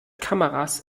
kameras